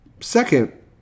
Second